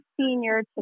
senior